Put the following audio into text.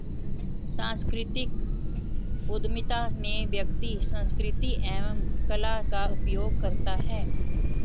सांस्कृतिक उधमिता में व्यक्ति संस्कृति एवं कला का उपयोग करता है